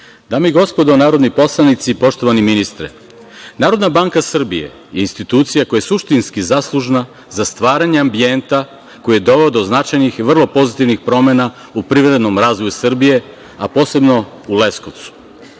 i gospodo narodni poslanici, poštovani ministre, Narodna banka Srbije je institucija koja je suštinski zaslužna za stvaranje ambijenta koji dovode do značajnih i vrlo pozitivnih promena u privrednom razvoju Srbije, a posebno u Leskovcu. Posle